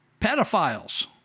pedophiles